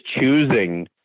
choosing